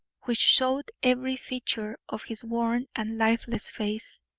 which showed every feature of his worn and lifeless face,